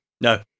No